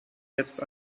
jetzt